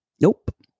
Nope